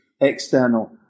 external